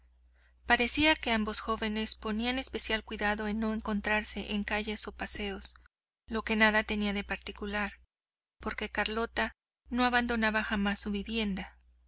parecía que ambos jóvenes ponían especial cuidado en no encontrarse en calles o paseos lo que nada tenía de particular porque carlota no abandonaba jamás su vivienda